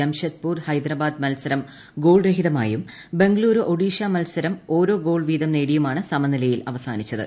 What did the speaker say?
ജംഷഡ്പൂർ ഹൈദരാബാദ് മത്സരം ഗോൾരഹിതമായും ബംഗളുരു ഒഡിഷ മത്സരം ഓരോ ഗോൾ വീതം നേടിയുമാണ് സമനിലയിൽ അവസാനിച്ചത്